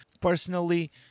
Personally